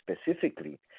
specifically